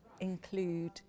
include